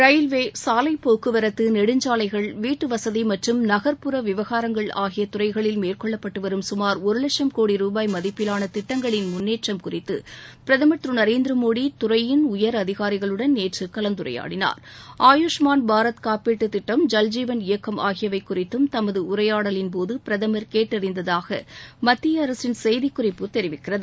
railway சாலைப் போக்குவரத்து நெடுஞ்சாலைகள் மற்றும் வீட்டுவசதி மற்றும் நகர்ப்புற விவகாரங்கள் ஆகிய துறைகளில் மேற்கொள்ளப்பட்டுவரும் சுமார் ஒரு வட்சும் கோடி ரூபாய் மதிப்பிலான திட்டங்களின் முன்னேற்றம் குறித்து பிரதமர் திரு நரேந்திர மோதி துறையின் உயர் அதிகாரிகளுடன் நேற்று கலந்துரையாடனார் ஆயுஷ்மான் பாரத் காப்பீட்டுத் திட்டம் ஐல்ஜீவன் இயக்கம் ஆகியவை குறித்தும் தனது உரையாடலின்போது பிரதமர் கேட்டறிந்ததாக மத்திய அரசின் செய்திக் குறிப்பு தெரிவிக்கிறது